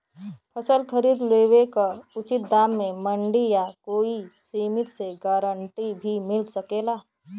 फसल खरीद लेवे क उचित दाम में मंडी या कोई समिति से गारंटी भी मिल सकेला?